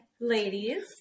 ladies